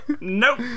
Nope